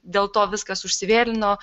dėl to viskas užsivėlino